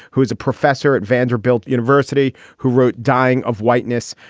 who is a professor at vanderbilt university who wrote dying of whiteness,